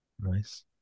Nice